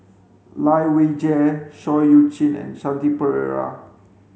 Lai Weijie Seah Eu Chin and Shanti Pereira